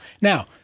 Now